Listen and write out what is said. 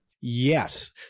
Yes